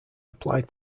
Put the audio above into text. applied